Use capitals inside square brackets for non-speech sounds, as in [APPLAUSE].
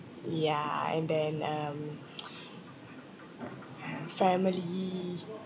ya and then um [NOISE] family